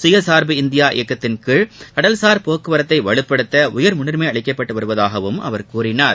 சுயசார்பு இந்தியா இயக்கத்தின் கீழ் கடல் சார் போக்குவரத்தை வலுப்படுத்த உயர்முன்னுரிமை அளிக்கப்பட்டு இருப்பதாகவும் அவர் கூறினார்